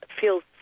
feels